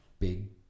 big